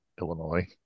Illinois